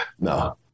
No